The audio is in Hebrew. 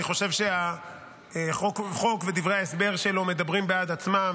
אני חושב שהחוק הוא חוק ודברי ההסבר שלו מדברים בעד עצמם.